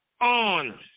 On